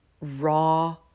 raw